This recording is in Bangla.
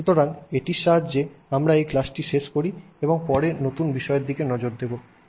সুতরাং এটির সাহায্যে আমরা এই ক্লাসটি শেষ করি আমরা পরে নতুন বিষয়ের দিকে নজর দেব